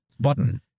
Button